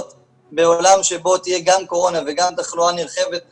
בעולם שבו תהיה גם קורונה וגם תחלואה נרחבת בחורף,